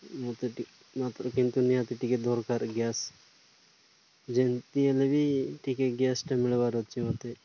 ମୋତେ ମୋ ତେ କିନ୍ତୁ ନିହାତି ଟିକିଏ ଦରକାର ଗ୍ୟାସ୍ ଯେମିତି ହେଲେ ବି ଟିକିଏ ଗ୍ୟାସ୍ଟା ମିଳିବାର ଅଛି ମୋତେ